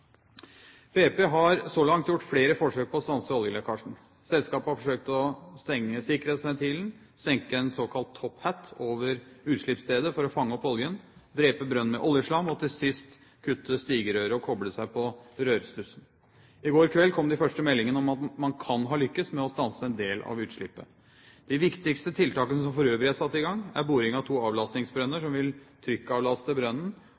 BP har så langt gjort flere forsøk på å stanse oljelekkasjen. Selskapet har forsøkt å stenge sikkerhetsventilen, senke en såkalt «top hat» over utslippsstedet for å fange opp oljen, drepe brønnen med oljeslam og til sist å kutte stigerøret og koble seg på rørstussen. I går kveld kom de første meldingene om at man kan ha lyktes med å stanse en del av utslippet. De viktigste tiltakene som for øvrig er satt i gang, er boring av to avlastningsbrønner som vil trykkavlaste brønnen